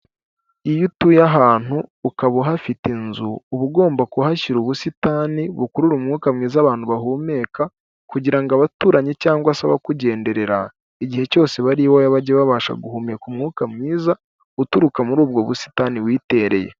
Iyo utuye ahantu ukaba uhafite inzu uba ugomba kuhashyira ubusitani bukurura umwuka mwiza abantu bahumeka, kugira ngo abaturanyi cyangwa se abakugenderera igihe cyose bari iwawe bajye babasha guhumeka umwuka mwiza, uturuka muri ubwo busitani witereye.